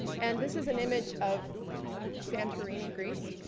and this is an image of santorini, greece.